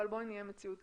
אבל בואי נהיה מציאותיים.